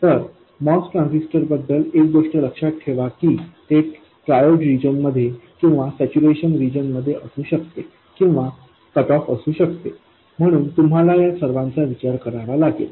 तर MOS ट्रान्झिस्टरंबद्दल एक गोष्ट लक्षात ठेवा की ते ट्रायओड रिजन मध्ये किंवा सॅच्युरेशन रिजन मध्ये असू शकते किंवा कट ऑफ असू शकते म्हणून तुम्हाला या सर्वांचा विचार करावा लागेल